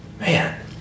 Man